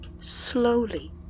Slowly